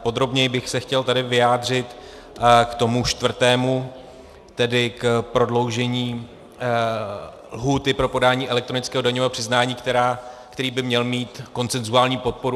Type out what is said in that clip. Podrobněji bych se chtěl vyjádřit k tomu čtvrtému, tedy k prodloužení lhůty pro podání elektronického daňového přiznání, který by měl mít konsenzuální podporu.